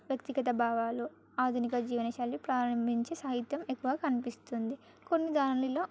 వ్యక్తిగత భావాలు ఆధునిక జీవనశైలిలు ప్రారంభించి సాహిత్యం ఎక్కువగా కనిపిస్తుంది కొన్ని దానిలో